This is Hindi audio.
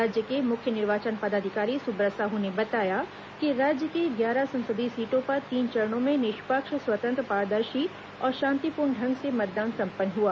राज्य के मुख्य निर्वाचन पदाधिकारी सुब्रत साहू ने बताया कि राज्य की ग्यारह संसदीय सीटों पर तीन चरणों में निष्पक्ष स्वतंत्र पारदर्शी और शांतिपूर्ण ढंग से मतदान संपन्न हुआ